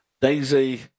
Daisy